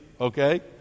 okay